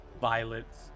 violets